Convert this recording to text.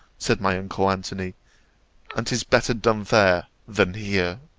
said my uncle antony and tis better done there than here.